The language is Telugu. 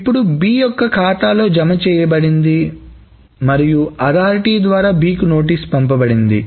ఇప్పుడు B యొక్క ఖాతాలో జమ చేయబడింది మరియు అధారిటీ ద్వారా B కు నోటీస్ పంపబడింది